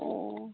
অ'